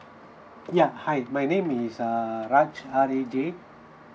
yeah hi my name is uh raj R A J